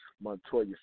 Montoya